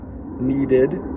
needed